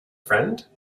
friend